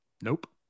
Nope